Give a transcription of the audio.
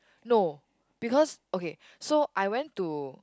no because okay so I went to